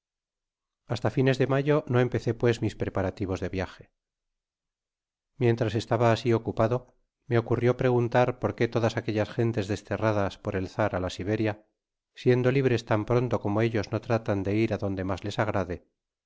hasta fines de mayo no empecé pues mis preparativos de viaje mientras estaba así ocupado me ocurrió preguntar por qué todas aquellas gentes desterradas por el czar á la siberia siendo libres tan pronto como ellos no tratan de ir adonde mas les agrade